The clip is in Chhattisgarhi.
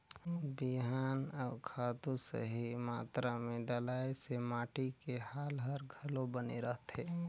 बिहान अउ खातू सही मातरा मे डलाए से माटी के हाल हर घलो बने रहथे